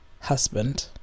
husband